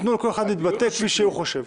תנו לכל אחד להתבטא כפי שהוא חושב.